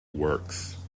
works